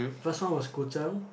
first one was 古筝